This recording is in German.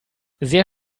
sehr